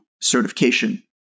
certification